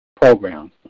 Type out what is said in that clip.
programs